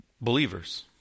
believers